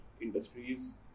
industries